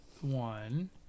one